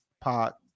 Pot